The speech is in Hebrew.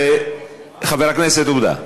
חבר הכנסת עודה,